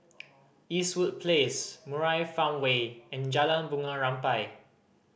Eastwood Place Murai Farmway and Jalan Bunga Rampai